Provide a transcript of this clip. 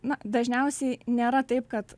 na dažniausiai nėra taip kad